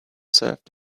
served